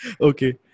Okay